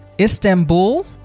Istanbul